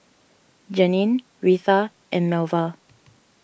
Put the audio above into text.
Janeen Retha and Melva